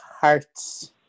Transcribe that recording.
hearts